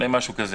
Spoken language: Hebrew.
משהו כזה,